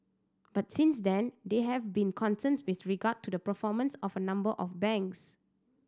but since then there have been concerns with regard to the performance of a number of banks